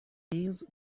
میز